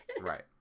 Right